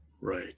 Right